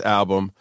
album